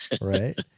right